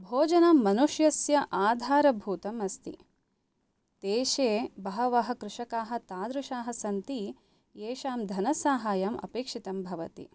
भोजनं मनुष्यस्य आधारभूतम् अस्ति देशे बहवः कृषकाः तादृशाः सन्ति येषां धनसहायम् अपेक्षितं भवति